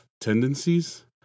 tendencies